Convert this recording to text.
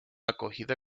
acogida